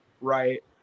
right